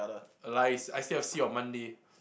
lies I still have to see you on Monday